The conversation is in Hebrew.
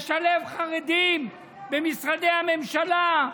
לשלב חרדים במשרדי הממשלה,